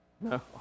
No